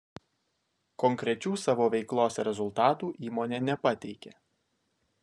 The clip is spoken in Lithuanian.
konkrečių savo veiklos rezultatų įmonė nepateikė